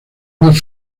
más